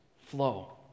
flow